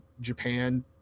Japan